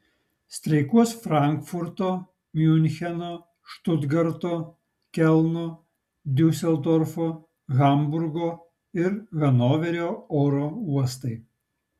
streikuos frankfurto miuncheno štutgarto kelno diuseldorfo hamburgo ir hanoverio oro uostai